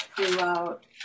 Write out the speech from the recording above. throughout